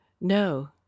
no